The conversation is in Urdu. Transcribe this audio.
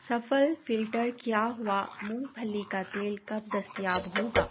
سفل فلٹر کیا ہوا مونگ پھلی کا تیل کب دستیاب ہوگا